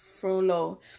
Frollo